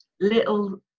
little